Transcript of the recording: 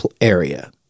area